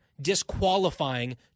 disqualifying